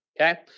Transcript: Okay